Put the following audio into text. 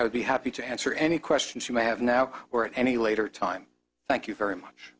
would be happy to answer any questions you may have now or at any later time thank you very much